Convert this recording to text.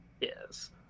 Yes